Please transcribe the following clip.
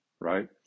right